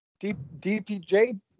DPJ